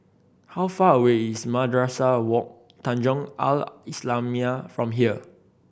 how far away is Madrasah Wak Tanjong Al Islamiah from here